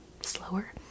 slower